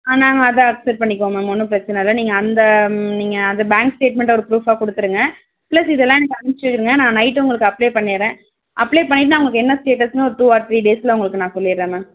ஆ நாங்கள் அதை அக்செப்ட் பண்ணிக்குவோம் மேம் ஒன்றும் பிரச்சனை இல்லை நீங்கள் அந்த நீங்கள் அந்த பேங்க் ஸ்டேட்மென்ட்டை ஒரு ப்ரூஃபாக கொடுத்துருங்க ப்ளஸ் இதெல்லாம் எனக்கு அனுப்ச்சுருங்க நான் நைட்டு உங்களுக்கு அப்ளே பண்ணிடறேன் அப்ளே பண்ணிவிட்டு நான் உங்களுக்கு என்ன ஸ்டேட்டஸ்னு ஒரு டூ ஆர் த்ரீ டேஸில் உங்களுக்கு நான் சொல்லிடறேன் மேம்